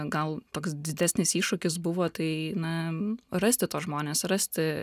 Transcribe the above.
gal toks didesnis iššūkis buvo tai na rasti tuos žmones rasti